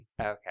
Okay